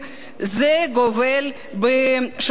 זה גובל בשערורייה.